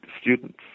students